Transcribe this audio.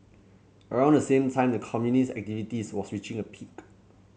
around the same time the communist activities was reaching a peak